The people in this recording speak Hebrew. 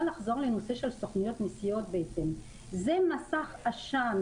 לחזור לנושא של סוכנויות הנסיעות: זה מסך עשן